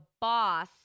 boss